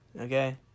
Okay